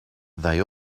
they